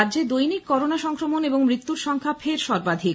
রাজ্য দৈনিক করোনা সংক্রমণ এবং মৃত্যুর সংখ্যা ফের সর্বাধিক